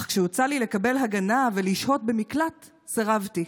אך כשהוצע לי לקבל הגנה ולשהות במקלט, סירבתי.